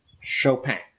Chopin